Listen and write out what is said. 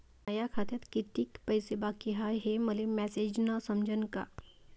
माया खात्यात कितीक पैसे बाकी हाय हे मले मॅसेजन समजनं का?